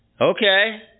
Okay